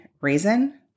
reason